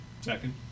Second